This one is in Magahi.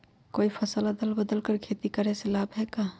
कोई फसल अदल बदल कर के खेती करे से लाभ है का?